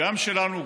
גם שלנו,